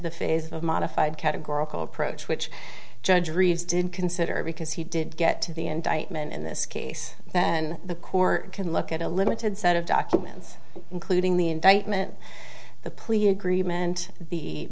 the phase of modified categorical approach which judge reeves did consider because he did get to the indictment in this case then the court can look at a limited set of documents including the indictment the